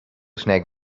snagged